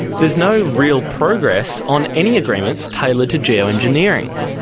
there's no real progress on any agreements tailored to geo-engineering.